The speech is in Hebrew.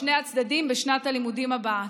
לשני הצדדים בשנת הלימודים הבאה.